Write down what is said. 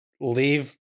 leave